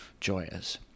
joyous